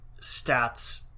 stats